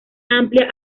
amplia